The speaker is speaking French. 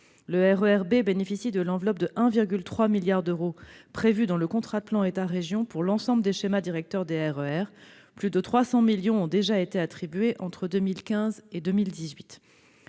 Le RER B bénéficie de l'enveloppe de 1,3 milliard d'euros prévue dans le contrat de plan État-région pour l'ensemble des schémas directeurs des RER : plus de 300 millions d'euros lui ont déjà été attribués entre 2015 et 2018.